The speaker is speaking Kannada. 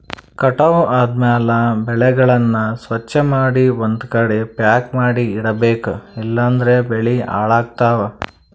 ಕಟಾವ್ ಆದ್ಮ್ಯಾಲ ಬೆಳೆಗಳನ್ನ ಸ್ವಚ್ಛಮಾಡಿ ಒಂದ್ಕಡಿ ಪ್ಯಾಕ್ ಮಾಡಿ ಇಡಬೇಕ್ ಇಲಂದ್ರ ಬೆಳಿ ಹಾಳಾಗ್ತವಾ